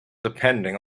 depending